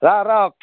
राव राव